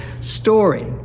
story